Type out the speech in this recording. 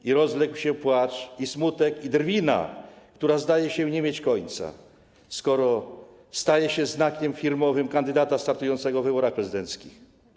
I rozległ się płacz i smutek, i drwina, która zdaje się nie mieć końca, skoro staje się znakiem firmowym kandydata startującego w wyborach prezydenckich.